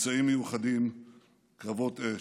מבצעים מיוחדים וקרבות אש.